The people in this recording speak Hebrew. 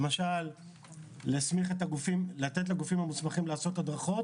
למשל לתת לגופים המוסמכים לעשות הדרכות,